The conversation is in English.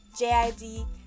JID